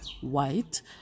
white